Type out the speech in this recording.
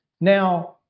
Now